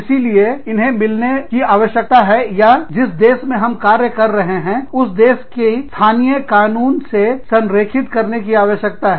इसीलिए इन्हें मिलाने की आवश्यकता है या जिस देश में हम कार्य कर रहे हैं उस देश की स्थानीय कानून से संरेखित करने की आवश्यकता है